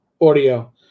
audio